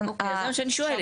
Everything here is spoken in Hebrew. אוקיי, אז זה מה שאני שואלת.